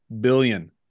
billion